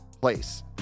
place